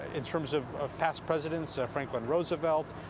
in terms of of past presidents, ah franklin roosevelt,